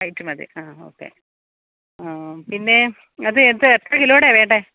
white മതി ആ okay പിന്നെ അത് ഇത് എത്ര കിലോടെയാണ് വേണ്ടത്